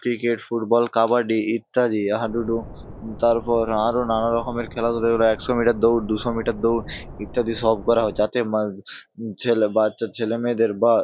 cricket football kabaddi ইত্যাদি হাডুডু তারপর আরও নানা রকমের খেলাধুলো এবারে একশো মিটার দৌড় দুশো মিটার দৌড় ইত্যাদি সব করাও যাতে মা ছেলে বাচ্চা ছেলে মেয়েদের বা